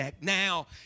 Now